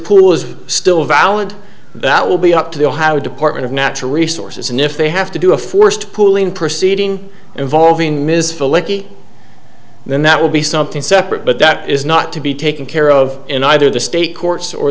pool is still valid that will be up to the how department of natural resources and if they have to do a forced pooling proceeding involving ms phillips then that would be something separate but that is not to be taken care of in either the state courts or